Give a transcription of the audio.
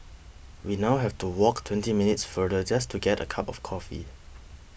we now have to walk twenty minutes farther just to get a cup of coffee